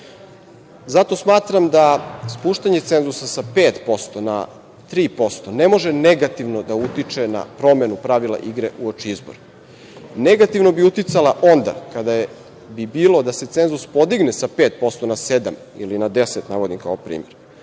Zato smatram da spuštanje cenzusa sa 5% na 3% ne može negativno da utiče na promenu pravila igre uoči izbora. Negativno bi uticala onda kada bi bilo da se cenzus podigne sa 5% na 7% ili na 10%, navodim kao primer.